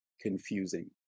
confusing